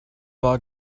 war